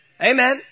Amen